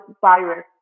virus